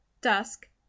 dusk